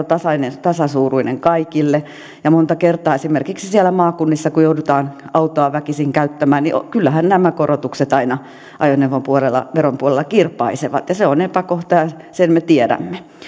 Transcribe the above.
tasavero tasasuuruinen kaikille ja monta kertaa esimerkiksi siellä maakunnissa kun joudutaan autoa väkisin käyttämään kyllähän nämä korotukset aina ajoneuvoveron puolella kirpaisevat se on epäkohta ja sen me tiedämme